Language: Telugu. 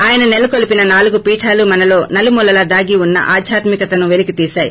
ఆయన నెలకొల్సిన నాలుగు పీఠాలు మనలో నలుమూలల దాగి ఉన్న ఆధ్యాత్మిక తను పెలికితీసాయి